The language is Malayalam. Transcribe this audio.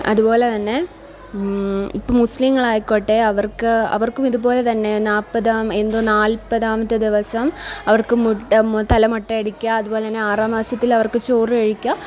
അതുപോലെത്തന്നെ ഇപ്പോള് മുസ്ലീങ്ങളായിക്കോട്ടെ അവര്ക്ക് അവര്ക്കും ഇതുപോലെത്തന്നെ നാല്പ്പതാം എന്തോ നാല്പ്പതാമത്തെ ദിവസം അവര്ക്ക് തല മൊട്ടയടിക്കുക അതുപോലെത്തന്നെ ആറാം മാസത്തില് അവര്ക്ക് ചോറ് കഴിക്കുക